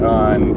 on